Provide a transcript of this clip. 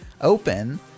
open